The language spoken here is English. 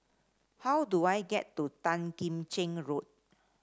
how do I get to Tan Kim Cheng Road